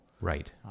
Right